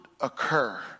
occur